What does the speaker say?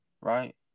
right